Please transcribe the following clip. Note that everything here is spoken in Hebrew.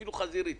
אפילו חזירית,